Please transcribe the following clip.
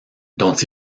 dont